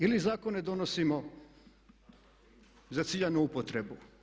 Ili zakon ne donosimo za ciljanu upotrebu?